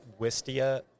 Wistia